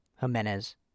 Jimenez